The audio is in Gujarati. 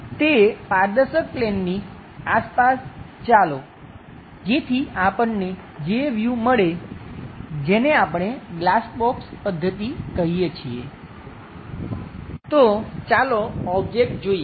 તે પારદર્શક પ્લેન ની આસપાસ ચાલો જેથી આપણને જે વ્યૂ મળે જેને આપણે ગ્લાસ બોક્સ પદ્ધતિ કહીએ છીએ તો ચાલો ઓબ્જેક્ટ જોઈએ